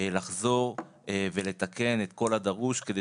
לחזור ולתקן את כל הדרוש כדי